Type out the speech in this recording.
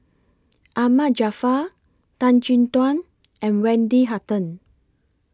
Ahmad Jaafar Tan Chin Tuan and Wendy Hutton